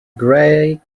grey